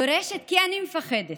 דורשת, כי אני מפחדת,